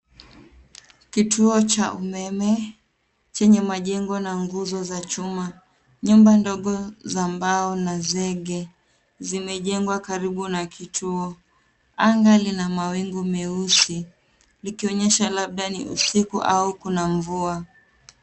Kituo cha umeme, chenye majengo na nguzo za chuma. Nyumba ndogo za mbao na zege zimejengwa karibu na kituo. Anga lina mawingu meusi likionyesha labda ni usiku au kuna mvua.